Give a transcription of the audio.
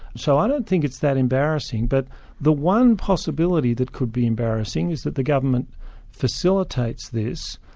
so i don't think it's that embarrassing, but the one possibility that could be embarrassing is that the government facilitates this,